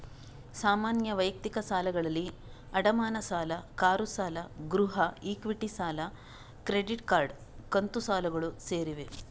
ಸಾಮಾನ್ಯ ವೈಯಕ್ತಿಕ ಸಾಲಗಳಲ್ಲಿ ಅಡಮಾನ ಸಾಲ, ಕಾರು ಸಾಲ, ಗೃಹ ಇಕ್ವಿಟಿ ಸಾಲ, ಕ್ರೆಡಿಟ್ ಕಾರ್ಡ್, ಕಂತು ಸಾಲಗಳು ಸೇರಿವೆ